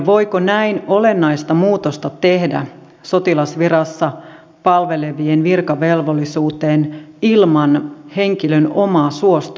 voiko näin olennaista muutosta tehdä sotilasvirassa palvelevien virkavelvollisuuteen ilman henkilön omaa suostumusta